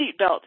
seatbelt